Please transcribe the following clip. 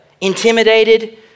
intimidated